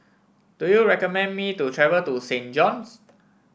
do you recommend me to travel to Saint John's